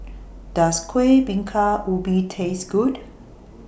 Does Kueh Bingka Ubi Taste Good